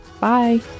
Bye